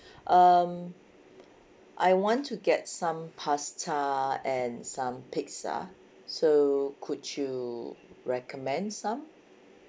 um I want to get some pasta and some pizza so could you recommend some